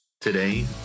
Today